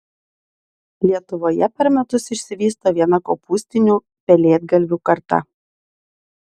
lietuvoje per metus išsivysto viena kopūstinių pelėdgalvių karta